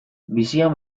bizian